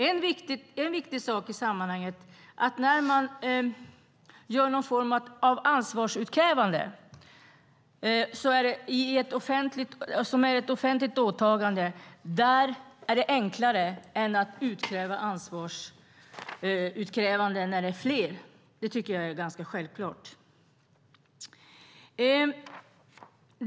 En viktig sak i sammanhanget är att det, när man gör någon form av ansvarsutkrävande, som är ett offentligt åtagande, är enklare än när det är fler. Det tycker jag är ganska självklart.